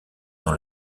dans